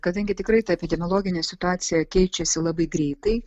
kadangi tikrai ta epidemiologinė situacija keičiasi labai greitai